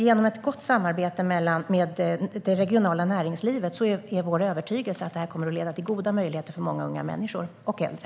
Genom ett gott samarbete med det regionala näringslivet är vår övertygelse att det här kommer att leda till goda möjligheter för många unga människor och äldre.